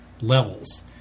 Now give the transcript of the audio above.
levels